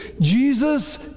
Jesus